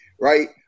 right